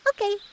Okay